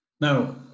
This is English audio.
Now